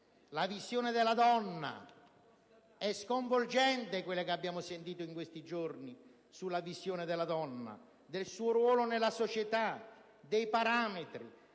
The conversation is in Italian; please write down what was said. la visione della donna è sconvolgente. È sconvolgente quello che abbiamo sentito in questi giorni sulla visione della donna, del suo ruolo nella società, dei parametri,